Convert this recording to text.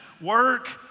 Work